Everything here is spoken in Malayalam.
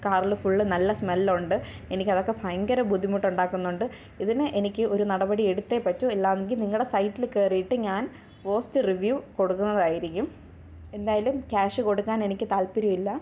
കാറിൽ ഫുള്ള് നല്ല സ്മെല്ല് ഉണ്ട് എനിക്ക് അതൊക്ക ഭയങ്കര ബുദ്ധിമുട്ട് ഉണ്ടാക്കുന്നുണ്ട് ഇതിന് എനിക്ക് ഒരു നടപടി എടുത്തേ പറ്റൂ ഇല്ലായെന്നുണ്ടെങ്കിൽ നിങ്ങളുടെ സൈറ്റിൽ കയറിയിട്ട് ഞാൻ പോസ്റ്റ് റിവ്യൂ കൊടുക്കുന്നതായിരിക്കും എന്തായാലും ക്യാഷ് കൊടുക്കാൻ എനിക്ക് താൽപ്പര്യമില്ല